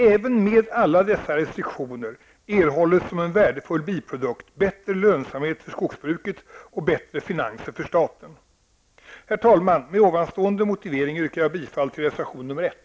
Även med alla dessa restriktioner erhålles som en värdefull biprodukt bättre lönsamhet för skogsbruket och bättre finanser för staten. Herr talman! Med nämnda motiveringar yrkar jag bifall till reservation nr 1.